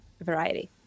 variety